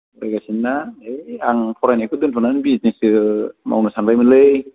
फरायगासिनो ना ओइ आं फरायनायखौ दोन्थ'नानै बिजनेससो मावनो सानबायमोनलै